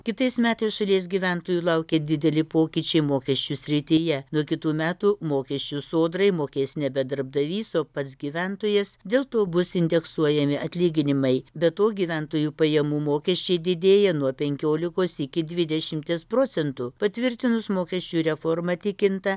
kitais metais šalies gyventojų laukia dideli pokyčiai mokesčių srityje nuo kitų metų mokesčius sodrai mokės nebe darbdavys o pats gyventojas dėl to bus indeksuojami atlyginimai be to gyventojų pajamų mokesčiai didėja nuo penkiolikos iki dvidešimties procentų patvirtinus mokesčių reformą tikinta